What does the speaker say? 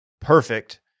perfect